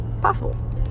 possible